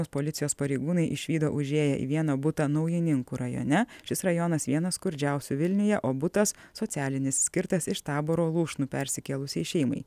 policijos pareigūnai išvydo užėję į vieną butą naujininkų rajone šis rajonas vienas skurdžiausių vilniuje o butas socialinis skirtas iš taboro lūšnų persikėlusiai šeimai